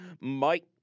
Mike